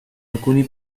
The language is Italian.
alcuni